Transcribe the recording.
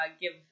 give